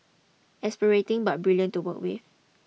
exasperating but brilliant to work with